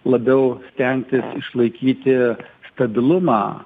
labiau stengtis išlaikyti stabilumą